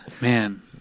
Man